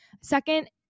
Second